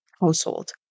household